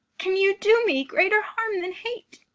can you do me greater harm than hate?